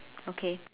okay